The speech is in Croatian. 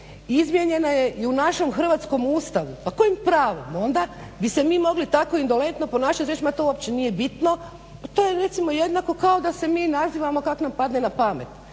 izmijenjena je i u našem hrvatskom Ustavu. Pa kojim pravom? Onda bi se mi mogli tako indolentno ponašati i reći ma to uopće nije bitno, pa to je recimo jednako kao da se mi nazivamo kak' nam padne na pamet,